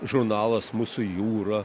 žurnalas mūsų jūra